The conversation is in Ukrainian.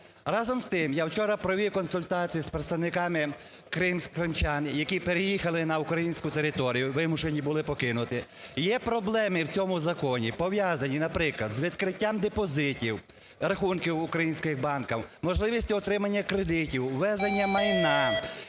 Разом з тим, я вчора провів консультації з представниками кримчан, які переїхали на українську територію, вимушені були покинути. Є проблеми в цьому законі, пов'язані, наприклад, з відкриттям депозитів, рахунків в українських банках, можливість отримання кредитів, ввезення майна,